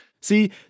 See